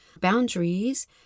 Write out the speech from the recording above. Boundaries